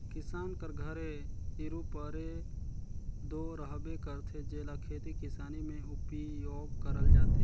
किसान कर घरे इरूपरे दो रहबे करथे, जेला खेती किसानी मे उपियोग करल जाथे